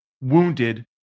wounded